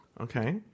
Okay